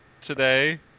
today